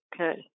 Okay